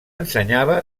ensenyava